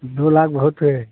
दो लाख बहुत है